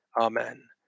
Amen